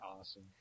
awesome